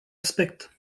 aspect